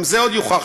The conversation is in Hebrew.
גם זה עוד יוכח,